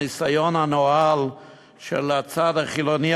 הניסיון הנואל של הצד החילוני,